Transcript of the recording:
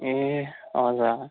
ए हजुर आमा